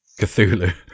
Cthulhu